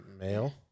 male